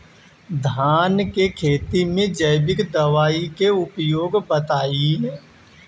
धान के खेती में जैविक दवाई के उपयोग बताइए?